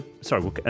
Sorry